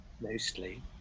Mostly